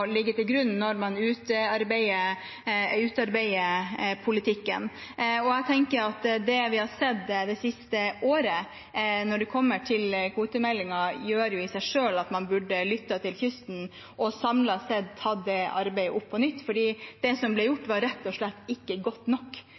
til grunn når man utarbeider politikken. Det vi har sett de siste året når det kommer til kvotemeldingen, i seg selv gjør at man burde lytte til kysten og samlet sett tatt det arbeidet opp på nytt, for det som ble gjort, var rett og slett ikke godt nok,